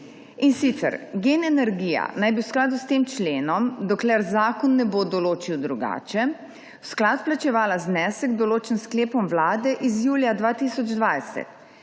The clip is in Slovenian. dajatve. Gen energija naj bi v skladu s tem členom, dokler zakon ne bo določil drugače, v sklad plačevala znesek, določen s sklepom vlade z julija 2020.